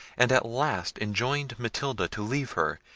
and at last enjoined matilda to leave her,